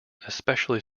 especially